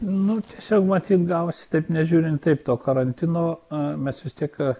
nu tiesiog matyt gavosi taip nežiūrint to karantino mes vis tiek